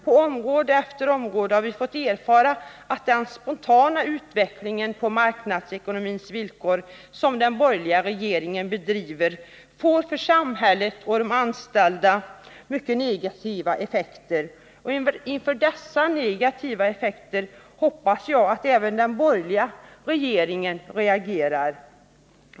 På område efter område har vi fått erfara att den spontana utvecklingen — på marknadsekonomins villkor och med utgångspunkt i den politik som den borgerliga regeringen bedriver — får för samhället och de anställda mycket negativa effekter. Inför dessa negativa effekter hoppas jag att även den borgerliga regeringen reagerar.